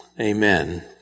Amen